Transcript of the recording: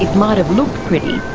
might have looked pretty,